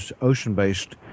ocean-based